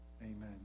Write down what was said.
Amen